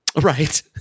Right